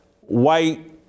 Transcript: white